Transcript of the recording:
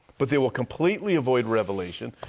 but they will completely avoid revelation.